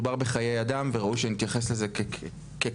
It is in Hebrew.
מדובר בחיי אדם וראוי שנתייחס לזה ככזה.